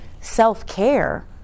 self-care